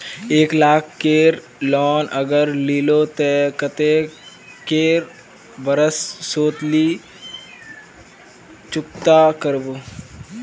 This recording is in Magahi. एक लाख केर लोन अगर लिलो ते कतेक कै बरश सोत ती चुकता करबो?